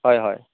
হয় হয়